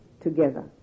together